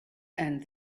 and